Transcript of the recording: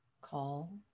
call